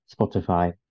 Spotify